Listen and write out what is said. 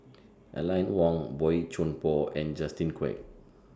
Aline Wong Boey Chuan Poh and Justin Quek